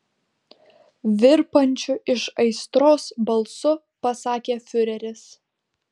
virpančiu iš aistros balsu pasakė fiureris